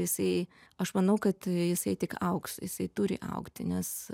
jisai aš manau kad jisai tik augs jisai turi augti nes